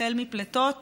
החל מפליטות